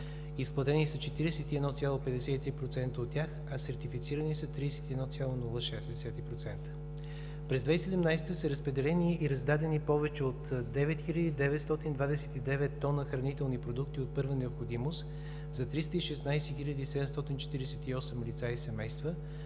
Изплатени са 41,53% от тях, а сертифицирани са 31,06%. През 2017 г. са разпределени и раздадени повече от 9 хил. 929 тона хранителни продукти от първа необходимост за 316 хил. 748 лица и семейства,